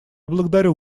благодарю